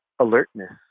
alertness